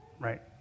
right